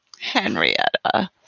Henrietta